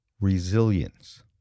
Resilience